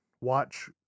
Watch